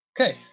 Okay